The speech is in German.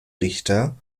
richter